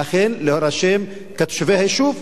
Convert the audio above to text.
אכן להירשם כתושבי היישוב,